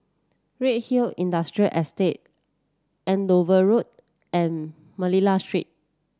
Redhill Industrial Estate Andover Road and Manila Street